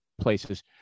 places